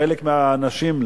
חלק מהאנשים,